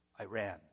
Iran